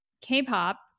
K-pop